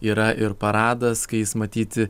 yra ir paradas kai jis matyti